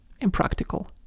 Impractical